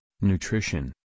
nutrition